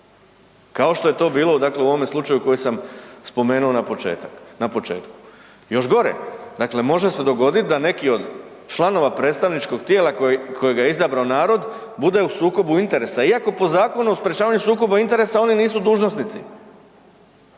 kao što je to bilo, dakle u ovome slučaju koji sam spomenuo na početak, na početku. Još gore, dakle može se dogodit da neki od članova predstavničkog tijela koji, kojega je izabrao narod bude u sukobu interesa iako po Zakonu o sprječavanju sukoba interesa oni nisu dužnosnici